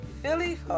Philly